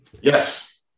Yes